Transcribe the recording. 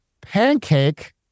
Pancake